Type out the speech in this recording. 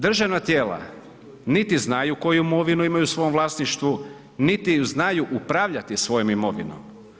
Državna tijela niti znaju koju imovinu imaju u svom vlasništvu, niti ju znaju upravljati svojom imovinom.